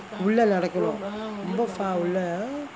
உள்ளே நடக்கணும் ரொம்ப:ullae nadakkanum romba far உள்ள:ullae